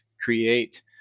create